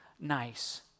nice